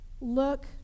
look